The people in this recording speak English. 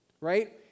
right